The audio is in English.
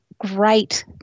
great